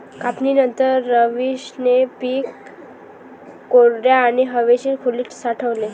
कापणीनंतर, रवीशने पीक कोरड्या आणि हवेशीर खोलीत साठवले